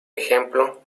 ejemplo